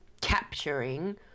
capturing